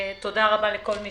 תודה רבה לכל מי